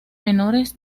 menores